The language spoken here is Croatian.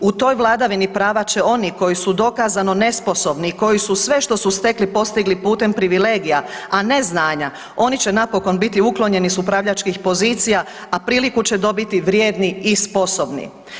U toj vladavini prava će oni koji su dokazano nesposobni i koji su sve što su stekli postigli putem privilegija a ne znanja, oni će napokon biti uklonjeni s upravljačkih pozicija a priliku će dobiti vrijedni i sposobni.